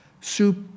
soup